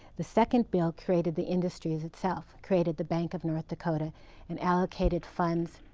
the second bill created the industry as itself created the bank of north dakota and allocated funds,